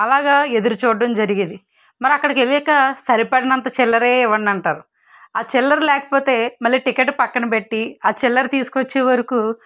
అలాగ ఎదురు చూడడం జరిగేది మరి అక్కడికి వెళ్ళాకా సరిపడినంత చిల్లర ఇవ్వండి అంటారు ఆ చిల్లర లేకపోతే మళ్ళీ టికెట్టు పక్కన పెట్టి ఆ చిల్లర తీసుకొచ్చే వరకు